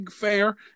fair